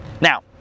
Now